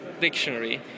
dictionary